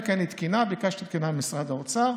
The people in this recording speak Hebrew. אין לי תקינה וביקשתי תקינה ממשרד האוצר.